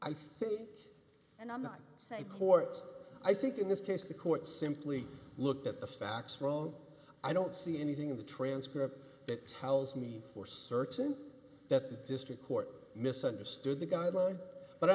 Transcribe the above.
think and i'm not saying court i think in this case the court simply looked at the facts wrong i don't see anything in the transcript that tells me for certain that the district court misunderstood the guidelines but i